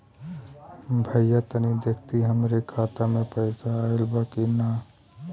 भईया तनि देखती हमरे खाता मे पैसा आईल बा की ना?